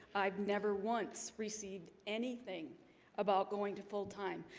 i've never once received anything about going to full-time,